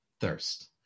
thirst